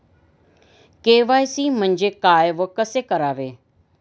KYC म्हणजे काय व कसे करावे?